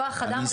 כוח אדם רציני,